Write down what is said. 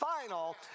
final